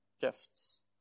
gifts